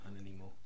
anymore